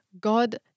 god